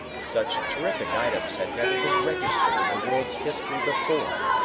such terrific items had never been registered in the world's history before.